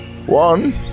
One